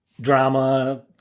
drama